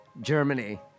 Germany